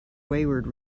wayward